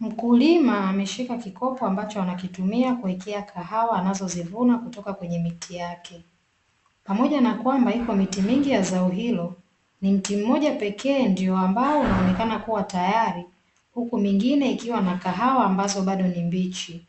Mkulima ameshika kikopo ambacho anakitumia kuwekea kahawa anazozivuna kutoka kwenye miti yake, pamoja na kwamba ipo miti mingi ya zao hilo, ni mti mmoja pekee ambao unaonekana kuwa tayari huku mingine ikiwa na kahawa ambazo bado ni mbichi.